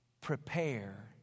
prepare